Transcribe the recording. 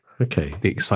okay